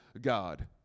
God